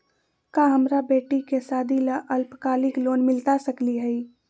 का हमरा बेटी के सादी ला अल्पकालिक लोन मिलता सकली हई?